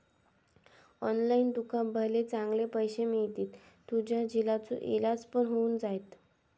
online तुका भले चांगले पैशे मिळतील, तुझ्या झिलाचो इलाज पण होऊन जायत